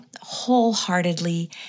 wholeheartedly